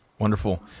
Wonderful